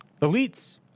elites